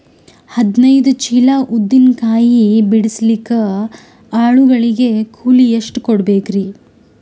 ಹದಿನೈದು ಚೀಲ ಉದ್ದಿನ ಕಾಯಿ ಬಿಡಸಲಿಕ ಆಳು ಗಳಿಗೆ ಕೂಲಿ ಎಷ್ಟು ಕೂಡಬೆಕರೀ?